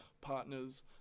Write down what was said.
partners